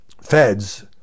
feds